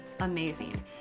amazing